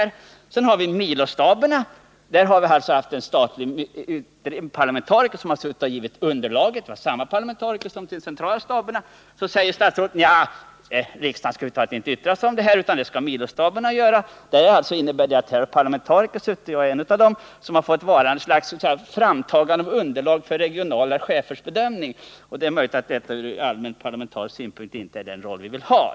I fråga om milostaberna har parlamentariker givit underlaget — samma parlamentariker som givit underlag till de centrala staberna. Så säger statsrådet att riksdagen över huvud taget inte skall besluta om detta, utan det skall milostaberna göra. Här har alltså parlamentariker suttit, och så blir de bara framtagare av underlag för regionala chefers bedömning. Det är möjligt att detta ur allmän parlamentarisk synpunkt inte är den roll vi vill ha.